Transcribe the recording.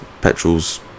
petrol's